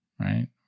right